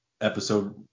episode